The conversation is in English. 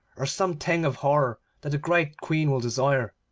or some thing of horror that the great queen will desire